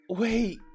wait